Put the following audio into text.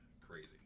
crazy